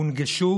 הונגשו